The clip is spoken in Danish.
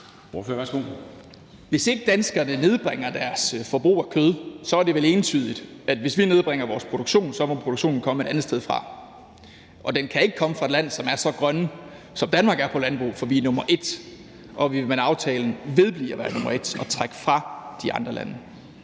Hvis ikke danskerne nedbringer deres forbrug af kød, er det vel entydigt, at hvis vi nedbringer vores produktion, må produktionen komme et andet sted fra, og den kan ikke komme fra et land, som er så grønt, som Danmark er på landbruget, for vi er nummer et og vil med aftalen vedblive at være nummer et og trække fra de andre lande.